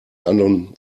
anderen